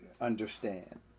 understand